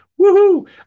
woohoo